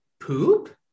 poop